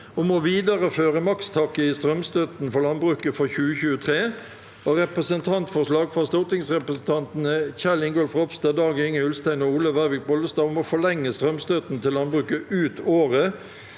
om å vide- reføre makstaket i strømstøtten for landbruket for 2023, og Representantforslag fra stortingsrepresentantene Kjell Ingolf Ropstad, Dag-Inge Ulstein og Olaug Vervik Bollestad om å forlenge strømstøtten til landbruket ut året